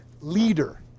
leader